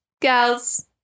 gals